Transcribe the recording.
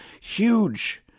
huge